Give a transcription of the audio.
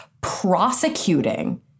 prosecuting